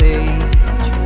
age